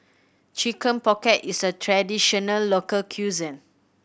Chicken Pocket is a traditional local cuisine